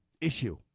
issue